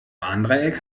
warndreieck